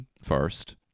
First